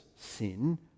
sin